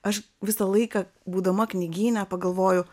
aš visą laiką būdama knygyne pagalvoju